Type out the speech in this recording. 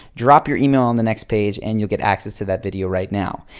drop your email on the next page and you'll get access to that video right now.